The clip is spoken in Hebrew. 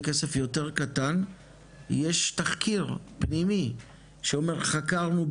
וכסף יותר קטן יש תחקיר פנימי שאומר חקרנו,